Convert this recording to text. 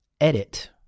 edit